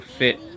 fit